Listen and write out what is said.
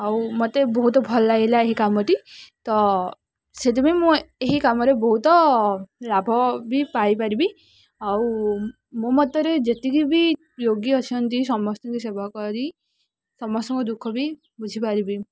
ଆଉ ମୋତେ ବହୁତ ଭଲ ଲାଗିଲା ଏହି କାମଟି ତ ସେଥିପାଇଁ ମୁଁ ଏହି କାମରେ ବହୁତ ଲାଭ ବି ପାଇପାରିବି ଆଉ ମୋ ମତରେ ଯେତିକି ବି ରୋଗୀ ଅଛନ୍ତି ସମସ୍ତଙ୍କୁ ସେବା କରି ସମସ୍ତଙ୍କୁ ଦୁଃଖ ବି ବୁଝିପାରିବି